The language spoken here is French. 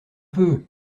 peu